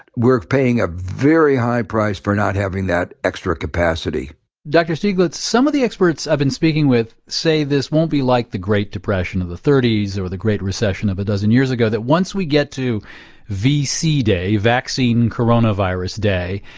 we're paying a very high price for not having that extra capacity dr. stiglitz, some of the experts i've been speaking with say this won't be like the great depression of the nineteen thirty s, or the great recession of a dozen years ago. that once we get to vc day, vaccine coronavirus day,